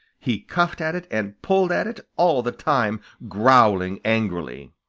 he cuffed at it and pulled at it, all the time growling angrily.